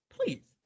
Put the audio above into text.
Please